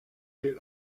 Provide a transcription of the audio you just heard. till